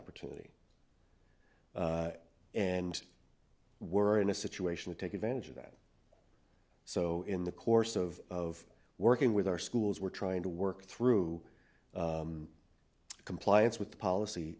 opportunity and we're in a situation to take advantage of that so in the course of of working with our schools we're trying to work through compliance with the policy